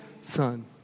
son